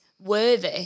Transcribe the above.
worthy